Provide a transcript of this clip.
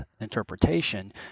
interpretation